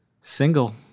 Single